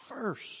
first